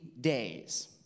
days